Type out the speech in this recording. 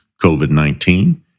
COVID-19